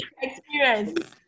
Experience